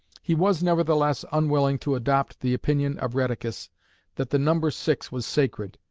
he was nevertheless unwilling to adopt the opinion of rheticus that the number six was sacred,